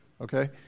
okay